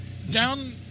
Down